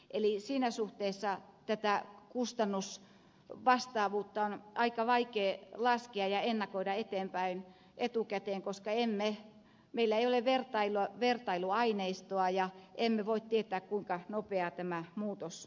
eli siinä suhteessa tätä kustannusvastaavuutta on aika vaikea laskea ja ennakoida eteenpäin etukäteen koska meillä ei ole vertailuaineistoa emmekä voi tietää kuinka nopeaa tämä muutos on